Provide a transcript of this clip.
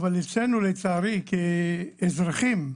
אבל אצלנו, לצערי, כאזרחים,